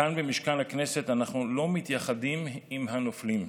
כאן, במשכן הכנסת אנחנו לא מתייחדים עם הנופלים,